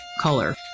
color